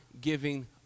giving